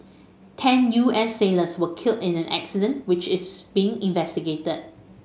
ten U S sailors were killed in the accident which is being investigated